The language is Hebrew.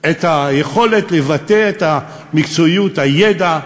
את היכולת לבטא את המקצועיות, הידע.